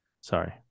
Sorry